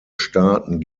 staaten